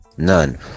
none